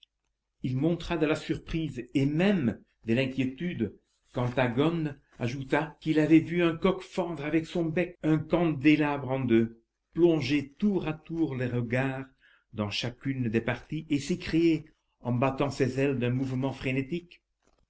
il montra de la surprise et même de l'inquiétude quand aghone ajouta qu'il avait vu un coq fendre avec son bec un candélabre en deux plonger tour à tour le regard dans chacune des parties et s'écrier en battant ses ailes d'un mouvement frénétique